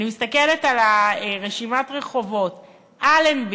אני מסתכלת על רשימת הרחובות: אלנבי,